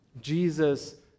Jesus